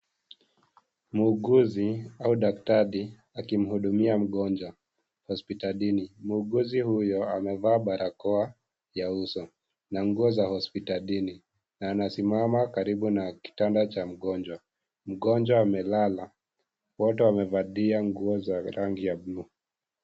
Muuguzi au daktari akimhudumia mgonjwa, hospitalini, muuguzi huyo amevaa barakoa ya uso na nguo za hospitalini na anasimama karibu na kitanda cha mgonjwa, mgonjwa amelala, wote wamevalia nguo za rangi ya bluu.